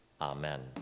Amen